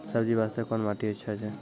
सब्जी बास्ते कोन माटी अचछा छै?